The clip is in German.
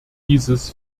dieses